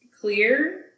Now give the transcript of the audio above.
Clear